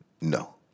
No